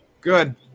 Good